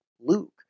Luke